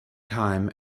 time